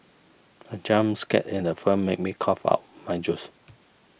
the jump scare in the film made me cough out my juice